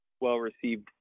well-received